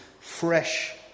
fresh